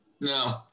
no